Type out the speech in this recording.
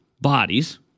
bodies